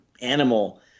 animal